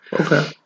Okay